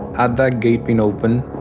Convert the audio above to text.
had that gate been open,